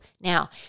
Now